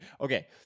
Okay